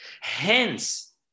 Hence